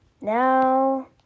now